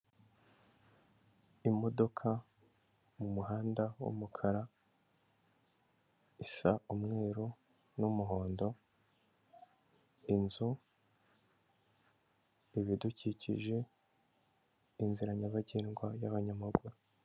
Imodoka mumuhanda w'umukara isa umweru n'umuhondo, inzu ibidukikije, inzira nyabagendwa y'abanyamaguru.